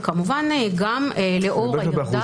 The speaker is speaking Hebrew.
וכמובן גם לאור הירידה ולתנאי המוגנות.